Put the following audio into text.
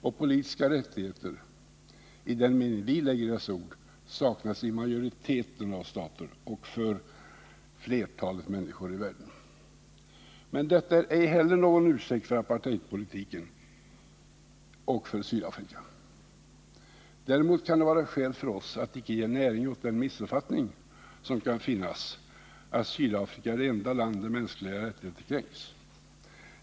Och politiska rättigheter i den mening vi lägger i dessa ord saknas i majoriteten av stater och för flertalet människor i världen. Men detta är ej heller någon ursäkt för apartheidpolitiken och för Sydafrika. Däremot kan det vara skäl för oss att icke ge näring åt den missuppfattning som kan finnas — att Sydafrika är det enda land där mänskliga rättigheter kränkts.